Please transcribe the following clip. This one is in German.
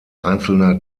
einzelner